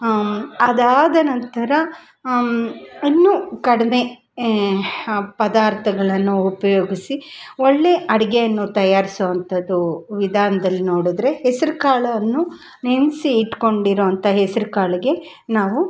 ಅದಾದ ನಂತರ ಇನ್ನು ಕಡಿಮೆ ಪದಾರ್ಥಗಳನ್ನು ಉಪಯೋಗಿಸಿ ಒಳ್ಳೆಯ ಅಡಿಗೆಯನ್ನು ತಯಾರಿಸೋ ಅಂಥದ್ದು ವಿಧಾನ್ದಲ್ಲಿ ನೋಡಿದ್ರೆ ಹೆಸ್ರ್ ಕಾಳನ್ನು ನೆನೆಸಿ ಇಟ್ಕೊಂಡಿರೋ ಅಂಥ ಹೆಸ್ರ್ ಕಾಳಿಗೆ ನಾವು